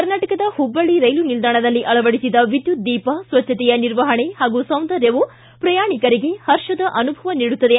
ಕರ್ನಾಟಕದ ಹುಬ್ಬಳ್ಳಿ ರೈಲು ನಿಲ್ದಾಣದಲ್ಲಿ ಅಳವಡಿಸಿದ ವಿದ್ಯುತ್ ದೀಪ ಸ್ವಜ್ಞತೆಯ ನಿರ್ವಹಣೆ ಹಾಗೂ ಸೌಂದರ್ಯವು ಪ್ರಯಾಣಿಕರಿಗೆ ಹರ್ಷದ ಅನುಭವ ನೀಡುತ್ತದೆ